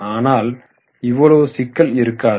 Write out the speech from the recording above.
ஆனால் இவ்வளவு சிக்கல் இருக்காது